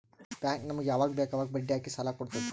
bank ನಮುಗ್ ಯವಾಗ್ ಬೇಕ್ ಅವಾಗ್ ಬಡ್ಡಿ ಹಾಕಿ ಸಾಲ ಕೊಡ್ತುದ್